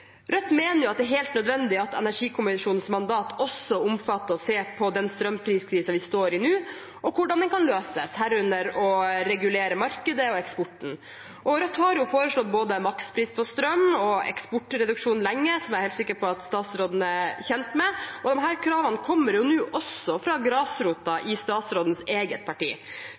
Rødt mener det er helt nødvendig at energikommisjonens mandat også omfatter å se på den strømpriskrisen vi står i nå, og hvordan den kan løses, herunder å regulere markedet og eksporten. Rødt har lenge foreslått både makspris på strøm og eksportreduksjon, noe jeg er helt sikker på at statsråden er kjent med, og disse kravene kommer nå også fra grasrota i statsrådens eget parti.